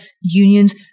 unions